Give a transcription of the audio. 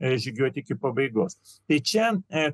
žygiuoti iki pabaigostai čia